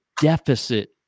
deficit